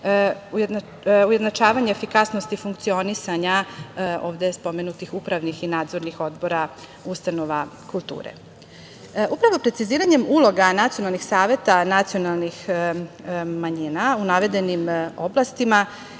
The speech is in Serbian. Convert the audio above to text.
ujednačavanje efikasnosti funkcionisanja ovde spomenutih upravnih i nadzornih odbora ustanova kulture. Upravo preciziranjem uloga nacionalnih saveta nacionalnih manjina u navedenim oblastima